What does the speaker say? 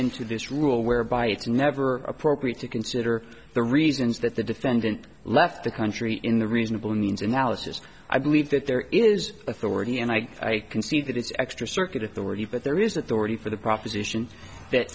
into this rule whereby it's never appropriate to consider the reasons that the defendant left the country in the reasonable needs analysis i believe that there is authority and i can see that it's extra circuit authority but there is authority for the proposition that